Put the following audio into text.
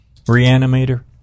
Reanimator